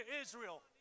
Israel